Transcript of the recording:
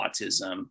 autism